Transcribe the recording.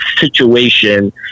situation